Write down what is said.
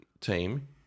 team